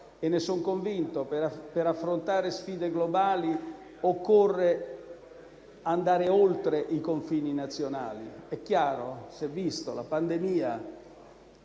Io ne sono convinto. Per affrontare sfide globali occorre andare oltre i confini nazionali. È chiaro e si è visto. La pandemia,